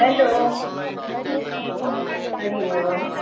hello Hari Om Hariom